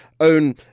own